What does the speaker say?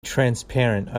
transparent